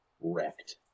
wrecked